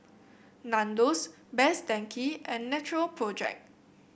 Nandos Best Denki and Natural Project